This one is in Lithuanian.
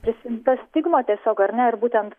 prisiimta stigma tiesiog ar ne ir būtent